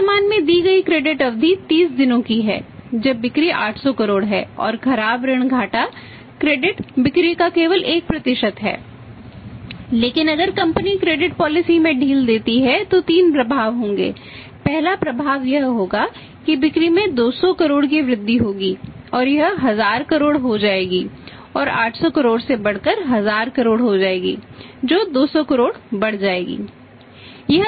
वर्तमान में दी गई क्रेडिट में ढील देती है तो 3 प्रभाव होंगे पहला प्रभाव यह होगा कि बिक्री में 200 करोड़ की वृद्धि होगी और यह 1000 करोड़ हो जाएगी और 800 करोड़ से बढ़कर 1000 करोड़ हो जाएगी जो 200 करोड़ बढ़ जाएगी